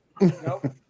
Nope